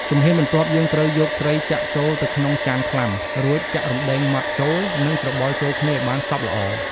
ជំហានបន្ទាប់ យើងត្រូវយកត្រីចាក់ចូលទៅក្នុងចានខ្លាំ រួចចាក់រំដេងម៉ដ្ដចូល និងច្របល់ចូលគ្នាឱ្យសព្វល្អ។